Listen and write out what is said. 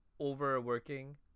Overworking